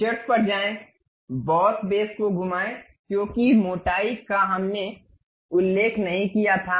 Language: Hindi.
फीचर्स पर जाएं बॉस बेस को घुमाए क्योंकि मोटाई का हमने उल्लेख नहीं किया था